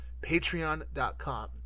Patreon.com